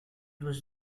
was